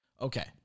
Okay